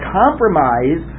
compromise